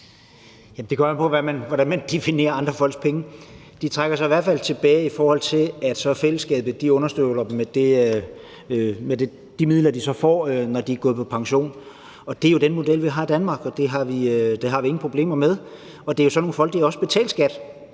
Det kommer an på, hvordan man definerer andre folks penge. De trækker sig i hvert fald tilbage på den måde, at fællesskabet understøtter dem med de midler, de så får, når de er gået på pension, og det er jo den model, vi har i Danmark, og det har vi ingen problemer med. Det er jo sådan, at de folk også har betalt skat,